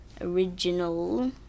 original